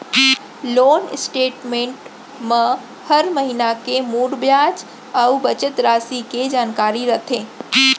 loan statement म हर महिना के मूर बियाज अउ बचत रासि के जानकारी रथे